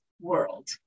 world